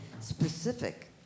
specific